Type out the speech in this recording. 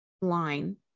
line